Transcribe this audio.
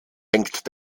hängt